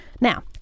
Now